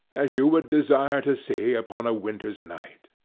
as you would desire to see upon a winter's night.